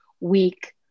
week